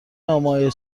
نامههای